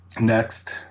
Next